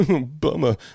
Bummer